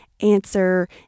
Answer